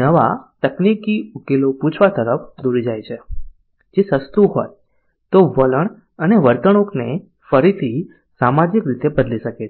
નવા તકનીકી ઉકેલો પૂછવા તરફ દોરી જાય છે જે સસ્તું હોય તો વલણ અને વર્તણૂકને ફરીથી સામાજિક રીતે બદલી શકે છે